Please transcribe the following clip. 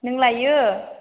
नों लाइयो